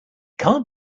can’t